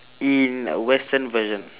in western version